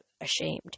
ashamed